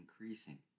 increasing